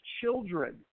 children